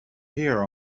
here